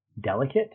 delicate